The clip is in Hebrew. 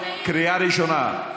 קריאה ראשונה.